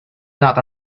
not